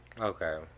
Okay